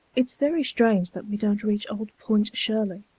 it's very strange that we don't reach old point shirley,